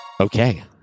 okay